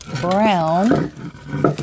brown